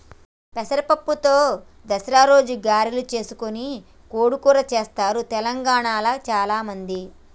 పెసర పప్పుతో దసరా రోజు గారెలు చేసుకొని కోడి కూర చెస్తారు తెలంగాణాల చాల మంది